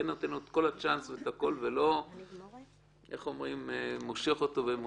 כן נותן לו את כל הצ'אנס ולא מושך אותו.